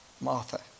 Martha